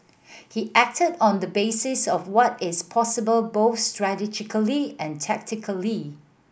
he acted on the basis of what is possible both strategically and tactically